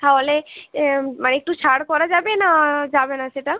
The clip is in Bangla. তাহলে মানে একটু ছাড় করা যাবে না যাবে না সেটা